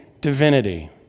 divinity